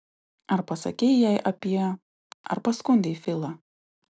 ar pasakei jai apie ar paskundei filą